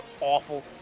awful